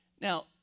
Now